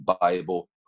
bible